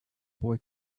boy